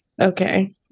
okay